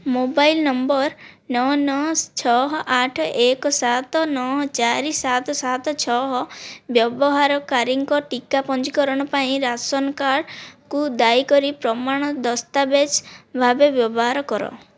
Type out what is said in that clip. mobile number ନଅ ନଅ ଛଅ ଆଠ ଏକ ସାତ ନଅ ଚାରି ସାତ ସାତ ଛଅ ବ୍ୟବହାରକାରୀଙ୍କ ଟିକା ପଞ୍ଜୀକରଣ ପାଇଁ ରାସନ୍ କାର୍ଡକୁ ଦୟାକରି ପ୍ରମାଣ ଦସ୍ତାବିଜ୍ ଭାବେ ବ୍ୟବହାର କର